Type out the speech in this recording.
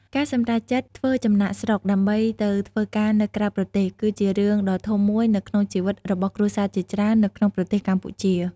ការសម្រេចចិត្តធ្វើចំណាកស្រុកដើម្បីទៅធ្វើការនៅក្រៅប្រទេស គឺជារឿងដ៏ធំមួយនៅក្នុងជីវិតរបស់គ្រួសារជាច្រើននៅក្នុងប្រទេសកម្ពុជា។